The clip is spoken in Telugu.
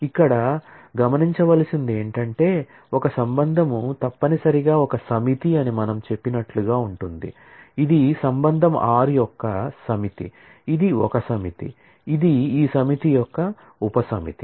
ఇప్పుడు ఇక్కడ గమనించవలసినది ఏమిటంటే ఒక రిలేషన్ తప్పనిసరిగా ఒక సమితి అని మనం చెప్పినట్లుగా ఉంటుంది ఇది రిలేషన్ R ఒక సమితి ఇది ఒక సమితి ఇది ఈ సమితి యొక్క ఉపసమితి